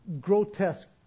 grotesque